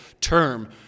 term